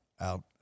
out